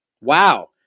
Wow